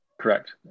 Correct